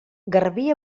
garbí